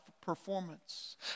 performance